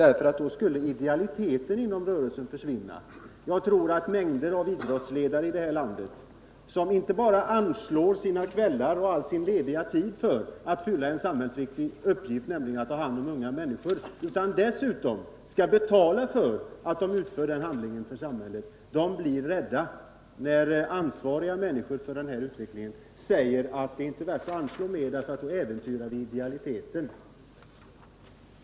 Då skulle idealiteten inom rörelsen försvinna, anses det. Jag tror att mängder av idrottsledare, som inte bara anslår sina kvällar och all annan ledig tid för att fylla en samhällsnyttig uppgift, nämligen att ta hand om unga människor, blir rädda när de hör dem som har ansvaret för utvecklingen säga att det är inte värt att anslå mer för då äventyras idealiteten.